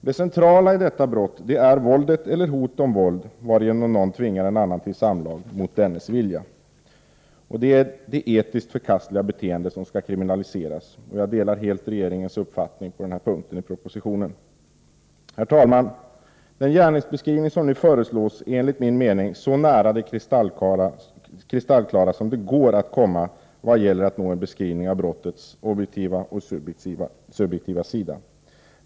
Det centrala i detta brott är våldet eller hot om våld, varigenom någon tvingar en annan till samlag mot dennes vilja. Det är det etiskt förkastliga beteende som skall kriminaliseras. Jag delar helt regeringens uppfattning på den punkten i propositionen. Herr talman! Den gärningsbeskrivning som nu föreslås är enligt min mening så nära det kristallklara som det går att komma vad gäller att nå en beskrivning av brottets objektiva och subjektiva sida.